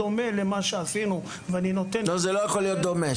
בדומה למה שעשינו ואני נותן --- זה לא יכול להיות דומה.